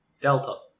Delta